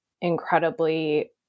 incredibly